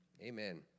Amen